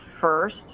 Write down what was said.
first